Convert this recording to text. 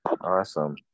Awesome